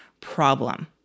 problem